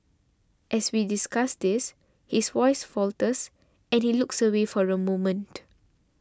as we discuss this his voice falters and he looks away for a moment